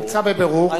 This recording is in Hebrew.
נמצא בבירור.